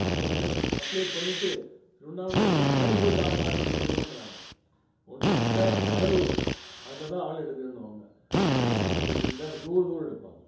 இங்கேருந்து அப்ளே பண்ணிவிட்டு ஒரு நாள் ஒரு நாள் முன்னாடி போய் தான் காத்துட்டுருக்கணுன்றாங்க ஒன்று விட்டா கடலூர் அங்கேதான் ஆள் எடுக்கணுவாங்க இல்லைன்னா மதுரை வேறு தூர தூர எடுப்பாங்க